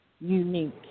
Unique